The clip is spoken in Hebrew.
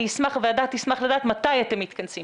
הוועדה תשמח לדעת מתי אתם מתכנסים,